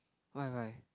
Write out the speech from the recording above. why why